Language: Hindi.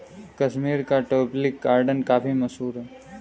कश्मीर का ट्यूलिप गार्डन काफी मशहूर है